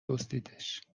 دزدیدش